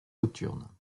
nocturnes